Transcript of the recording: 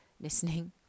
listening